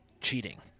cheating